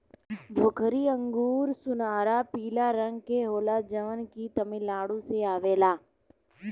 भोकरी अंगूर सुनहरा पीला रंग के होला जवन की तमिलनाडु से आवेला